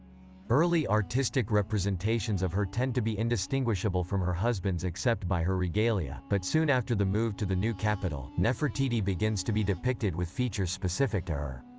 early artistic representations of her tend to be indistinguishable from her husband's except by her regalia, but soon after the move to the new capital, nefertiti begins to be depicted with features specific to her.